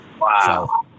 wow